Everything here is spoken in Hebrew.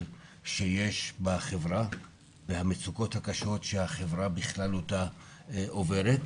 שיש בחברה והמצוקות הקשות שהחברה בכללותה עוברת,